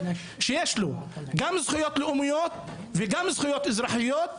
שיש לו גם זכויות לאומיות וגם זכויות אזרחיות,